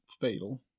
fatal